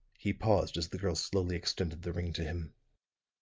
he paused as the girl slowly extended the ring to him.